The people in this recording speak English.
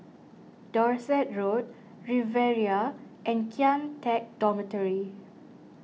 Dorset Road Riviera and Kian Teck Dormitory